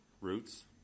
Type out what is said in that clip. roots